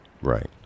Right